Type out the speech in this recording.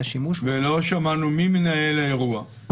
השימוש." ולא שמענו מי מנהל האירוע,